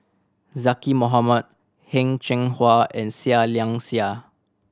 Zaqy Mohamad Heng Cheng Hwa and Seah Liang Seah